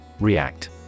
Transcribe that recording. React